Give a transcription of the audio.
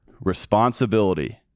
responsibility